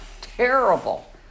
Terrible